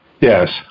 Yes